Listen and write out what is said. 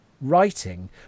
writing